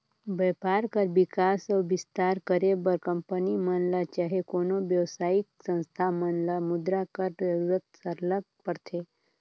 बयपार कर बिकास अउ बिस्तार करे बर कंपनी मन ल चहे कोनो बेवसायिक संस्था मन ल मुद्रा कर जरूरत सरलग परथे